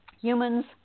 humans